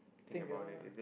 think ya